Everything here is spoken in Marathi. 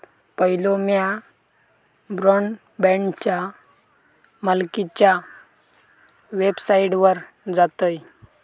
पयलो म्या ब्रॉडबँडच्या मालकीच्या वेबसाइटवर जातयं